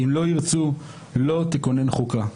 אם לא ירצו, לא תיכונן חוקה.